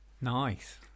Nice